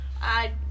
I-